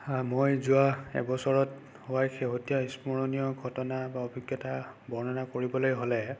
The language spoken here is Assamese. মই যোৱা এবছৰত হোৱা শেহতীয়া স্মৰণীয় ঘটনা বা অভিজ্ঞতা বৰ্ণনা কৰিবলৈ হ'লে